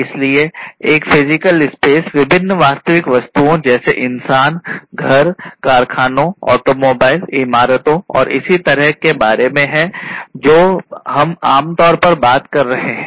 इसलिए एक physical space विभिन्न वास्तविक वस्तुओं जैसे इंसान घर कारखानों ऑटोमोबाइल इमारतों और इसी तरह के बारे में है जो हम आम तौर पर बात कर रहे हैं